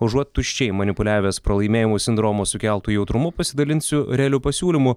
užuot tuščiai manipuliavęs pralaimėjimų sindromo sukeltu jautrumu pasidalinsiu realiu pasiūlyu